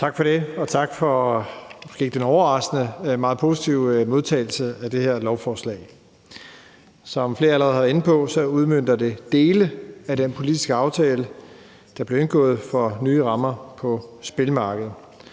Tak for det. Og tak for den ikke så overraskende meget positive modtagelse af det her lovforslag. Som flere allerede har været inde på, udmønter det dele af den politiske aftale, der blev indgået om nye rammer for spilmarkedet,